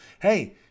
Hey